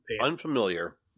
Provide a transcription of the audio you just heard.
Unfamiliar